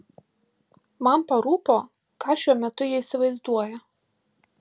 man parūpo ką šiuo metu ji įsivaizduoja